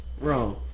Wrong